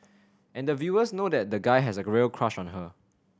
and the viewers know that the guy has a real crush on her